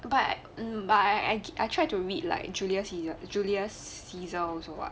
but um but I I try to read like julius cae~ julius caesar also [what]